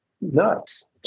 nuts